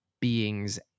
beings